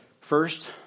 first